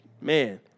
man